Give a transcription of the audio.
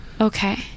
Okay